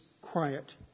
quiet